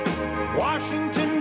Washington